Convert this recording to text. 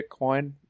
Bitcoin